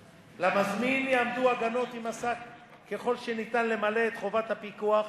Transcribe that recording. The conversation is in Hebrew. למזמין יעמדו הגנות אם עשה כל שניתן למלא את חובת הפיקוח,